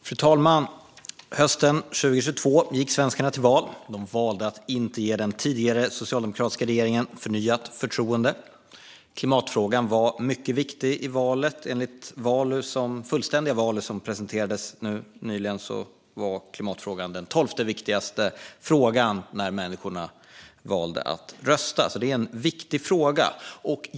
Fru talman! Hösten 2022 gick svenskarna till val. De valde att inte ge den tidigare socialdemokratiska regeringen förnyat förtroende. Klimatfrågan var mycket viktig i valet. Enligt den fullständiga Valu, som presenterades nyligen, var klimatfrågan den tolfte viktigaste frågan när människorna valde att rösta. Det är alltså en viktig fråga.